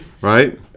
right